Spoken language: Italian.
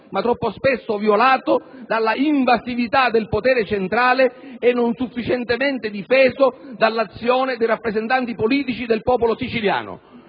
ma troppo spesso violato dall'invasività del potere centrale e non sufficientemente difeso dall'azione dei rappresentanti politici del popolo siciliano.